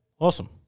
Awesome